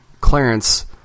Clarence